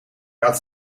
had